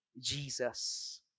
Jesus